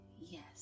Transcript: yes